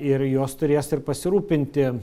ir jos turės pasirūpinti